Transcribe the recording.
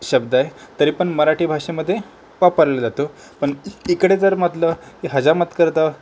शब्द आहे तरी पण मराठी भाषेमध्ये वापरला जातो पण इकडे जर म्हटलं की हजामत करत आहो